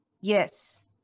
yes